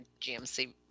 GMC